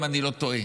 אם אני לא טועה.